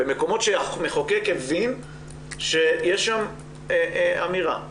במקומות שהמחוקק הבין שיש שם אמירה.